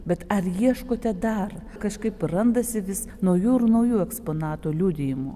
bet ar ieškote dar kažkaip randasi vis naujų ir naujų eksponatų liudijimų